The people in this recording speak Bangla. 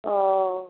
ও